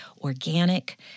organic